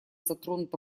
затронута